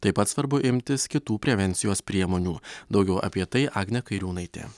taip pat svarbu imtis kitų prevencijos priemonių daugiau apie tai agnė kairiūnaitė